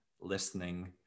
listening